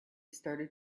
started